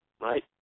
right